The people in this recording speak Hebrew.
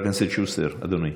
חבר הכנסת שוסטר, אדוני.